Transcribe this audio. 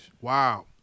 Wow